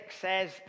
says